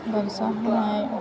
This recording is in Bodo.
गार्जा होनाय